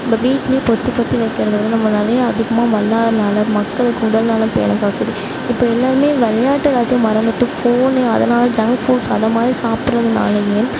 நம்ம வீட்டுலேயே பொத்தி பொத்தி வைக்கிறதோட நம்ம நிறையா அதிகமாக விளையாடறதுனால மக்களுக்கு உடல்நலம் பேணுகாக்குது இப்போ எல்லோருமே விளையாட்டு எல்லாத்தையும் மறந்துவிட்டு ஃபோனு அதனால் ஜங்க் ஃபுட்ஸ் அதுமாரி சாப்பிட்றதுனாலயும்